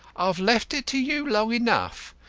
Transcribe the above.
i've left it to you long enough.